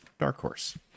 Darkhorse